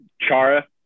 Chara